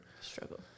Struggle